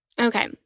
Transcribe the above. Okay